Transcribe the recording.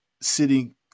sitting